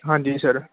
ਹਾਂਜੀ ਸਰ